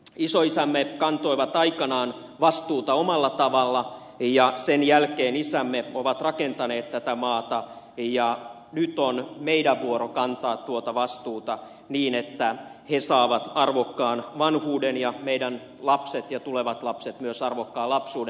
isoisämme kantoivat aikanaan vastuuta omalla tavallaan ja sen jälkeen isämme ovat rakentaneet tätä maata ja nyt on meidän vuoromme kantaa tuota vastuuta niin että he saavat arvokkaan vanhuuden ja meidän lapsemme ja tulevat lapsemme myös arvokkaan lapsuuden